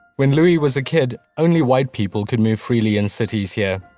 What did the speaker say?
when louis was a kid, only white people could move freely in cities here,